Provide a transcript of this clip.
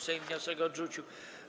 Sejm wniosek odrzucił.